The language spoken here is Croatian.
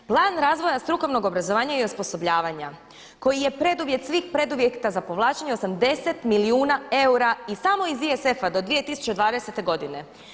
Plan razvoja strukovnog obrazovanja i osposobljavanja koji je preduvjet svih preduvjeta za povlačenje 80 milijuna eura i samo iz ISF-a do 2020. godine.